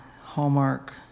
Hallmark